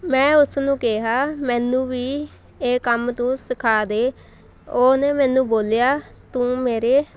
ਮੈਂ ਉਸਨੂੰ ਕਿਹਾ ਮੈਨੂੰ ਵੀ ਇਹ ਕੰਮ ਤੂੰ ਸਿਖਾ ਦੇ ਉਹਨੇ ਮੈਨੂੰ ਬੋਲਿਆ ਤੂੰ ਮੇਰੇ